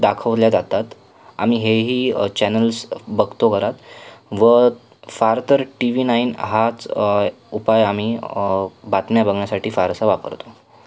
दाखवल्या जातात आम्ही हेही चॅनल्स बघतो घरात व फार तर टी वी नाईन हाच उपाय आम्ही बातम्या बघण्यासाठी फारसा वापरतो